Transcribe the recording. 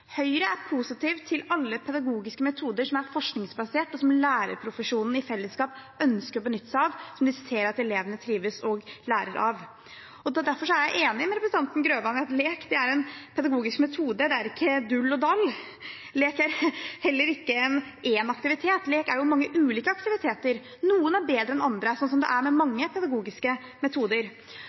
Høyre er positiv til alle pedagogiske metoder som er forskningsbasert, og som lærerprofesjonen i fellesskap ønsker å benytte seg av, og som de ser at elevene trives med og lærer av. Derfor er jeg enig med representanten Grøvan i at lek er en pedagogisk metode, det er ikke «dull og dall». Lek er heller ikke én aktivitet, lek er mange ulike aktiviteter. Noen er bedre enn andre, slik det er med mange pedagogiske metoder.